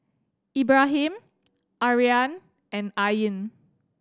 Ibrahim Aryan and Ain